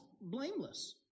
blameless